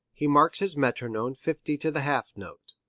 he marks his metronome fifty to the half note.